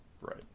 Right